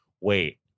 wait